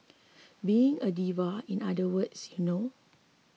being a diva in other words you know